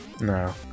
No